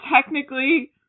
technically